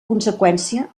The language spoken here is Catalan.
conseqüència